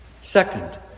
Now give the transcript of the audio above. Second